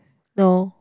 no